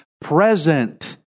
present